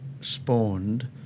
spawned